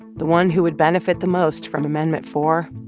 the one who would benefit the most from amendment four